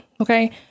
okay